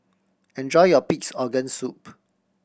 enjoy your Pig's Organ Soup